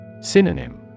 Synonym